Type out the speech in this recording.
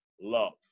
love